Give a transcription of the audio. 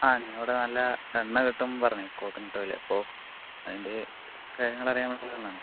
ഇവിടെ നല്ല എണ്ണ കിട്ടുമെന്നു പറഞ്ഞ് കോക്കൊനട്ട് ഓയില് അപ്പോൾ അതിന്റെ കാര്യങ്ങൾ അറിയാൻ വേണ്ടി വന്നതാണ്